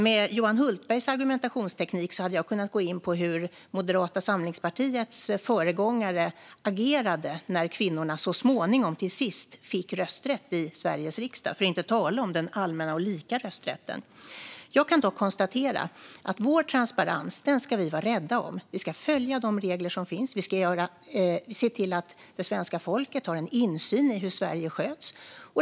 Med Johan Hultbergs argumentationsteknik hade jag kunnat gå in på hur Moderata samlingspartiets föregångare agerade när kvinnor så småningom till sist fick rösträtt i Sveriges riksdag, för att inte tala om hur det var med den allmänna och lika rösträtten. Vi ska vara rädda om vår transparens. Vi ska följa de regler som finns. Vi ska se till att svenska folket har insyn i hur Sverige sköts.